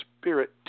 Spirit